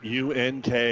UNK